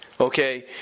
okay